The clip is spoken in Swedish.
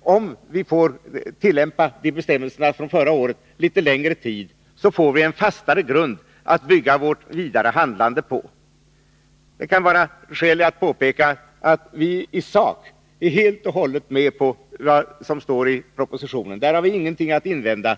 Om vi får tillämpa bestämmelserna från förra året litet längre tid, får vi en fastare grund att bygga vårt vidare handlande på. Det kan vara skäl att påpeka att vi i sak helt och hållet är med på det som står i propositionen — i det avseendet har vi ingenting att invända.